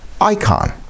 icon